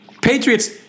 Patriots